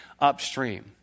upstream